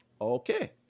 Okay